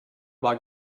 war